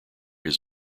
his